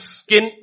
skin